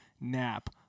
nap